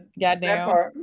goddamn